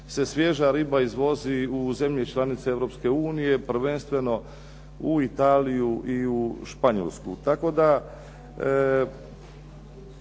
se svježa riba izvozi u zemlje članice Europske unije, prvenstveno u Italiju i u Španjolsku.